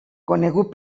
conegut